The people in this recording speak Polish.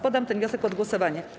Poddam ten wniosek pod głosowanie.